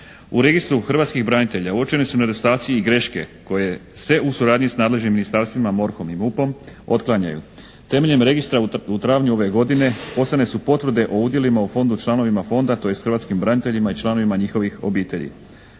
U Registru hrvatskih branitelja uočeni su nedostaci i greške koje se u suradnji s nadležnim ministarstvima MORH-om i MUP-om otklanjaju. Temeljem registra u travnju ove godine poslane su potvrde o udjelima u Fondu članovima Fonda, tj. hrvatskim braniteljima i članovima njihovih obitelji.